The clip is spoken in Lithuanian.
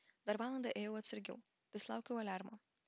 dar valandą ėjau atsargiau vis laukiau aliarmo